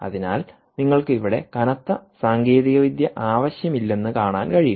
അതിനാൽ നിങ്ങൾക്ക് ഇവിടെ കനത്ത സാങ്കേതികവിദ്യ ആവശ്യമില്ലെന്ന് കാണാൻ കഴിയും